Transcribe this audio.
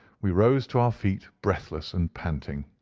we rose to our feet breathless and panting.